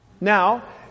Now